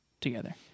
together